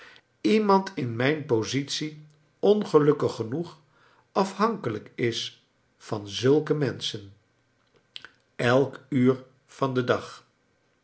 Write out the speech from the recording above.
iemand in mijn positie ongelukkig genoeg afhankelijk is van zulke menschen elk uur van den dag